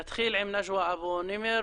בבקשה, נג'ואה אבו נימר.